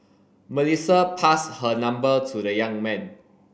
Melissa passed her number to the young man